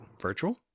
virtual